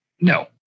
No